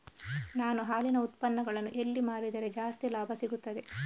ನಾನು ಹಾಲಿನ ಉತ್ಪನ್ನಗಳನ್ನು ಎಲ್ಲಿ ಮಾರಿದರೆ ಜಾಸ್ತಿ ಲಾಭ ಸಿಗುತ್ತದೆ?